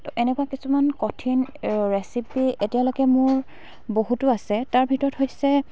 তো এনেকুৱা কিছুমান কঠিন ৰেচিপি এতিয়ালৈকে মোৰ বহুতো আছে তাৰ ভিতৰত হৈছে